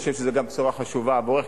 אני חושב שזה גם בשורה חשובה עבורך,